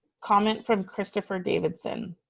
comment from christoper davidson.